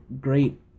great